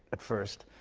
at first.